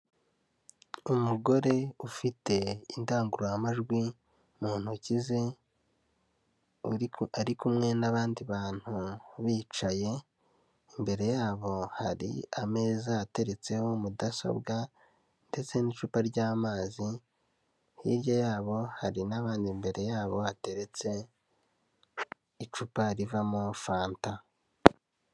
Umugore ufite indangururamajwi mu ntoki ze, ari kumwe n'abandi bantu bicaye, imbere yabo hari ameza ateretseho mudasobwa ndetse n'icupa ry'amazi, hirya yabo hari n'abandi imbere yabo hateretse icupa rivamo fanta.